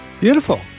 Beautiful